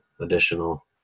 additional